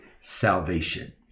salvation